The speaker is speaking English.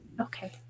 okay